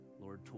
Lord